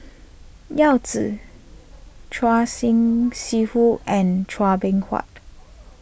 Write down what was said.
Yao Zi Choor Singh Sidhu and Chua Beng Huat